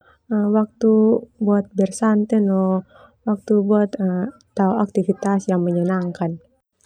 Waktu buat bersante no tao aktifitas yang menyenangkan.